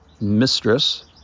mistress